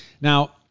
now